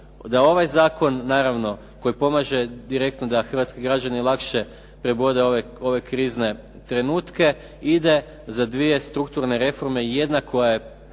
da ovaj zakon naravno koji pomaže direktno da hrvatski građani lakše prebrode ove krizne trenutke, ide za dvije strukturne reforme. Jedna, koja je